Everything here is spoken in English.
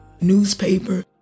newspaper